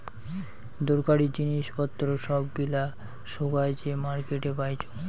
দরকারী জিনিস পত্র সব গিলা সোগায় যে মার্কেটে পাইচুঙ